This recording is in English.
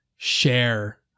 Share